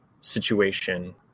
situation